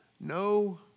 no